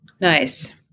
Nice